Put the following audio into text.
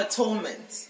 Atonement